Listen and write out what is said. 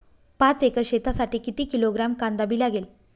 पाच एकर शेतासाठी किती किलोग्रॅम कांदा बी लागेल?